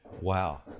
wow